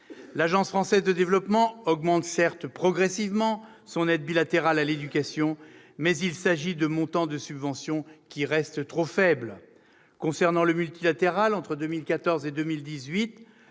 l'Agence française de développement augmente progressivement son aide bilatérale à l'éducation, mais les montants des subventions restent trop faibles. Sur le plan multilatéral, entre 2014 et 2018,